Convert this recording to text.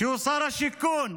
שהוא שר השיכון,